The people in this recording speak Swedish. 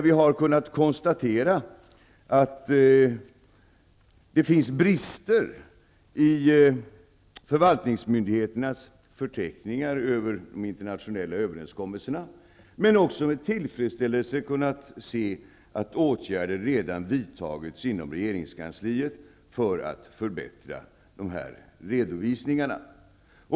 Vi har kunnat konstatera att det finns brister i förvaltningsmyndigheternas förteckningar över de internationella överenskommelserna. Men vi har även med tillfredsställelse sett att åtgärder redan har vidtagits inom regeringskansliet för att förbättra de här redovisningarna.